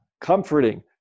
comforting